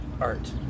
art